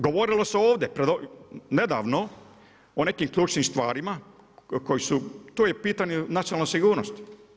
Govorilo se ovdje nedavno o nekim ključnim stvarima, to je pitanje nacionalne sigurnosti.